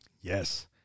Yes